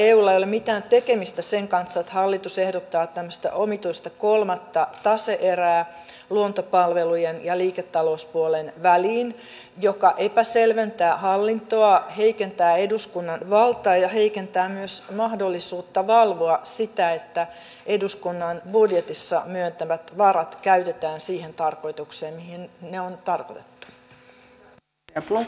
eulla ei ole mitään tekemistä sen kanssa että hallitus ehdottaa luontopalvelujen ja liiketalouspuolen väliin tämmöistä omituista kolmatta tase erää joka epäselventää hallintoa heikentää eduskunnan valtaa ja heikentää myös mahdollisuutta valvoa sitä että eduskunnan budjetissa myöntämät varat käytetään siihen tarkoitukseen mihin ne on tarkoitettu